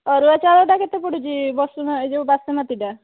ଅରୁଆ ଚାଉଳ କେତେ ପଡ଼ୁଛି ଏଇ ଯେଉଁ ବାସମତୀଟା